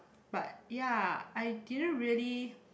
but ya I didn't really